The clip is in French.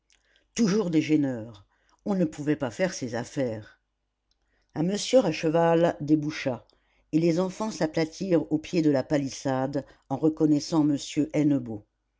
toujours des gêneurs on ne pouvait pas faire ses affaires un monsieur à cheval déboucha et les enfants s'aplatirent au pied de la palissade en reconnaissant